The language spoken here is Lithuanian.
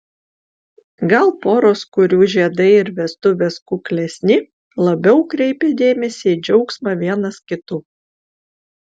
gal poros kurių žiedai ir vestuvės kuklesni labiau kreipia dėmesį į džiaugsmą vienas kitu